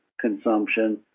consumption